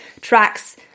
tracks